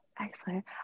Excellent